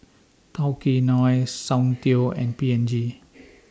Tao Kae Noi Soundteoh and P and G